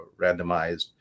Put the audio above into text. randomized